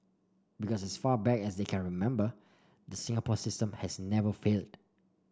because as far back as they can remember the Singapore system has never failed